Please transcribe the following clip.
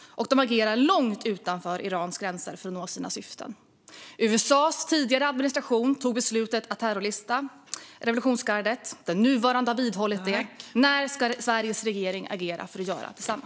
Och de agerar långt utanför Irans gränser för att nå sina syften. USA:s tidigare administration tog beslutet att terrorlista revolutionsgardet. Den nuvarande har vidhållit det. När ska Sveriges regering agera för att göra detsamma?